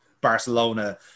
Barcelona